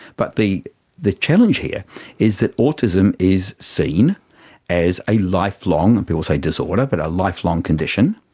but the the challenge here is that autism is seen as a lifelong, and people say disorder, but a lifelong condition.